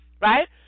right